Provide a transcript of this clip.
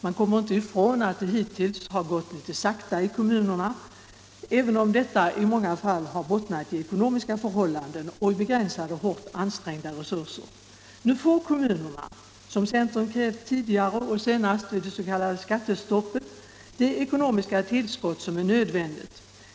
Man kommer inte ifrån att det hittills har gått litet sakta i kommunerna, även om detta i många fall har bottnat i ekonomiska förhållanden och begränsade, hårt ansträngda resurser. Nu får kommunerna, som centern krävt tidigare och senast vid det s.k. skattestoppet, det ekonomiska tillskott som är nödvändigt.